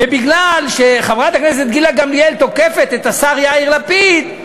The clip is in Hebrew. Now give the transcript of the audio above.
ומפני שחברת הכנסת גילה גמליאל תוקפת את השר יאיר לפיד,